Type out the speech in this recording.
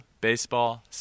baseball